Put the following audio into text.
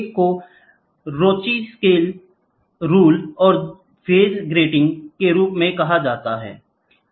एक को Ronchi rule और फेज ग्रीटिंग के रूप में कहा जाता है